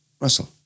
Russell